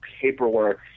paperwork